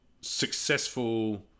successful